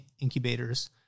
incubators